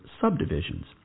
Subdivisions